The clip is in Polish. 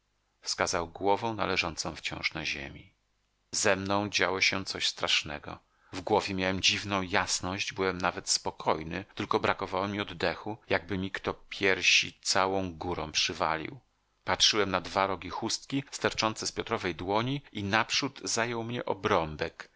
wskazał głową na leżącą wciąż na ziemi ze mną działo się coś strasznego w głowie miałem dziwną jasność byłem nawet spokojny tylko brakowało mi oddechu jakby mi kto piersi całą górą przywalił patrzyłem na dwa rogi chustki sterczące z piotrowej dłoni i naprzód zajął mnie obrąbek w